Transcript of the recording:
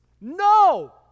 No